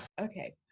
Okay